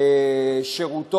והמשך שירותו,